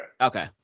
okay